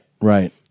right